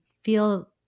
feel